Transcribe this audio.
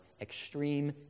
extreme